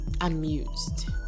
amused